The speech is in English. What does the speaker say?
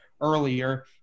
earlier